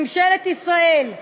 ממשלת ישראל,